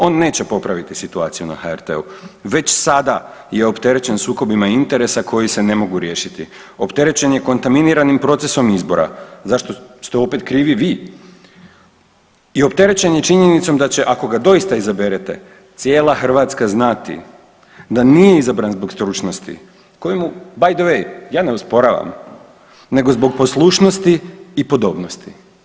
On neće popraviti situaciju na HRT-u, već sada je opterećen sukobima interesa koji se ne mogu riješiti, opterećen je kontaminiranim procesom izbora, zašto ste opet krivi vi i opterećen je činjenicom da će ako doista izaberete, cijela Hrvatska znati da nije izabran zbog stručnosti koje mu, by the way, ja ne osporavam, nego zbog poslušnosti i podobnosti.